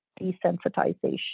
desensitization